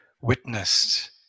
witnessed